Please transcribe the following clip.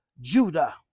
Judah